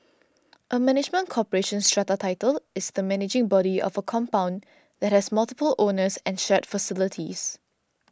a management corporation strata title is the managing body of a compound that has multiple owners and shared facilities